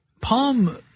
Palm